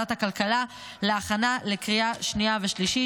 לוועדת הכלכלה להכנה לקריאה שנייה ושלישית.